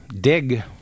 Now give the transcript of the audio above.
dig